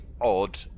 odd